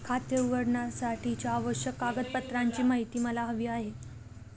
खाते उघडण्यासाठीच्या आवश्यक कागदपत्रांची माहिती मला हवी आहे